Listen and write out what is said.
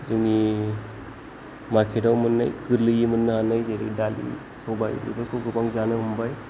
जोंनि मार्केटआव मोननाय गोरलैयै मोननो हानाय जेरै दालि सबाय बेफोरखौ गोबां जानो हमबाय